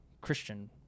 Christian